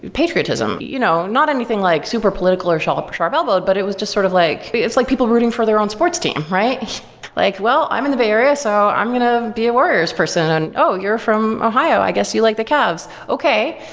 patriotism. you know not anything like super political, or sharp or sharp elbowed, but it was just sort of it's like people rooting for their own sports team, right like well, i'm in the bay area so i'm going to be a warrior's person. and oh, you're from ohio, i guess you like the cavs. okay,